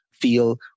feel